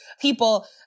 people